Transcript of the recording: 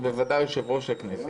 ובוודאי יושב-ראש הכנסת,